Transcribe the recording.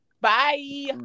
Bye